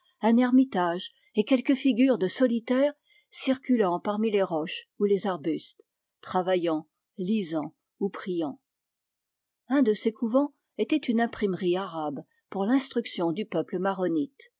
un ermitage et quelques figures de solitaires circulant parmi les roches ou les arbustes travaillant lisant ou priant un de ces couvens était une imprimerie arabe pour l'instruction du peuple maronite